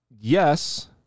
yes